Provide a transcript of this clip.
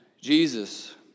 Jesus